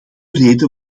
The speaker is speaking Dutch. reden